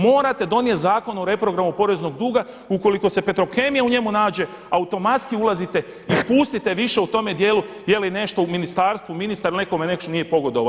Morate donijeti Zakon o reprogramu poreznog duga ukoliko se Petrokemija u njemu nađe automatski ulazite i pustite više u tome dijelu jeli nešto u ministarstvu ministar jel nekome nešto nije pogodovao.